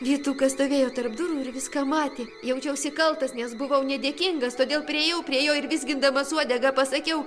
vytukas stovėjo tarp durų ir viską matė jaučiausi kaltas buvau nedėkingas todėl priėjau prie jo ir vizgindamas uodegą pasakiau